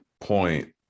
point